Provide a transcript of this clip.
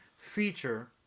feature